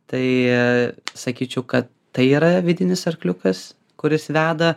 tai sakyčiau kad tai yra vidinis arkliukas kuris veda